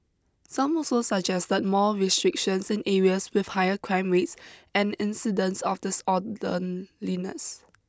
some also suggested that more restrictions in areas with higher crime rates and incidents of disorderliness